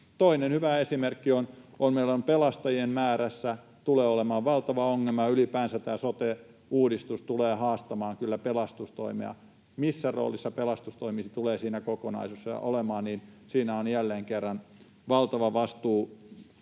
Toinen hyvä esimerkki: Meillä tulee pelastajien määrässä olemaan valtava ongelma, ja ylipäänsä tämä sote-uudistus tulee haastamaan kyllä pelastustoimea. Missä roolissa pelastustoimi tulee siinä kokonaisuudessa olemaan, siinä on jälleen kerran valtava vastuu